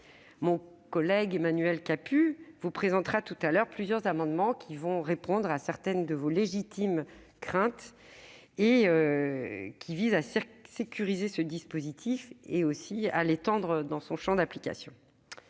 Mon collègue Emmanuel Capus vous présentera tout à l'heure plusieurs amendements qui devraient répondre à certaines de vos légitimes craintes en sécurisant le dispositif et en étendant son champ d'application.